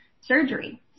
surgery